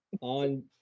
on